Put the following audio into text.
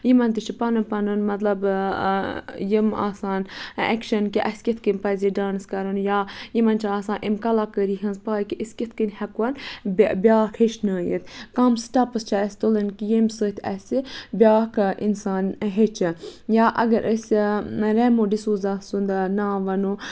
یِمن تہِ چھُ پَنُن پَنُن مطلب یِم آسان ایکشن کہِ اَسہِ کِتھ کَن پَزِ یہِ ڈانٕس کَرُن یا یِمن چھِ آسان اَمہِ کَلاکٲری ہٕنٛز پاے کہِ أسۍ کِتھ کٔنۍ ہیٚکون بیاکھ ہیٚچھنٲیِتھ کَم سِٹیٚپٕس چھِ اَسہِ تُلٕنۍ کہِ ییٚمہِ سۭتۍ اَسہِ بیاکھ اِنسان ہیٚچھہِ یا اَگر أسۍ ریمو ڈِسوزا سُند ناو وَنو